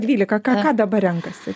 dvylika ką dabar renkasi